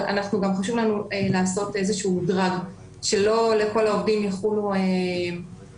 אבל חשוב לנו לעשות איזשהו מדרג שלא על כל העובדים יחולו מגבלות